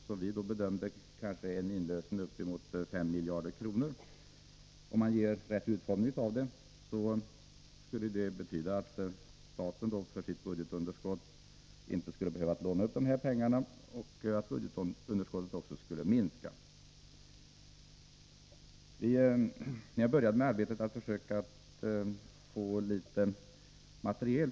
Som vi bedömer det, skulle en inlösen på uppemot 5 miljarder kronor rätt utformad betyda att staten inte skulle behöva låna upp så mycket pengar för att klara sitt budgetunderskott, och då skulle också budgetunderskottet minska. Vi har börjat arbetet med att ta in material.